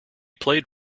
played